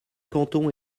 cantons